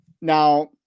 Now